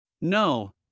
No